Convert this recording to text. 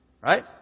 right